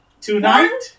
Tonight